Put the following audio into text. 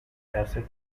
acid